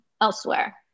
elsewhere